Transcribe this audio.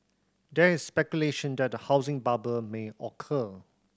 there is speculation that a housing bubble may occur